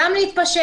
גם להתפשר.